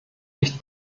nicht